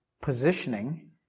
positioning